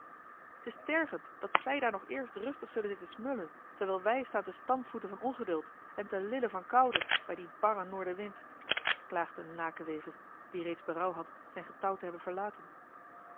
t is tergend dat zij daar nog eerst rustig zullen zitten smullen terwijl wij staan te stampvoeten van ongeduld en te rillen van koude bij dien barren noordenwind klaagde een lakenwever die reeds berouw had zijn getouw te hebben verlaten